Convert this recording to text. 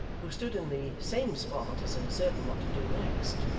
who stood in the same spot as uncertain what to do next,